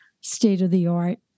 state-of-the-art